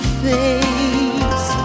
face